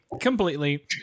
completely